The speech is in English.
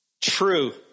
true